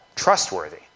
trustworthy